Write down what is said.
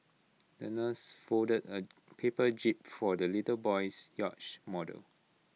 the nurse folded A paper jib for the little boy's yacht model